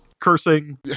Cursing